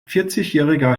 vierzigjähriger